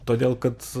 todėl kad